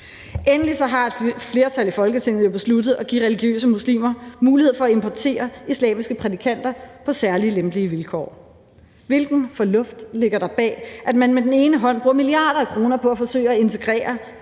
Endelig har et flertal i Folketinget jo besluttet at give religiøse muslimer mulighed for at importere islamiske prædikanter på særligt lempelige vilkår. Hvilken fornuft ligger der bag, at man med den ene hånd bruger milliarder af kroner på at forsøge at integrere